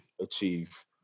achieve